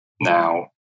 now